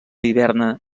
hiverna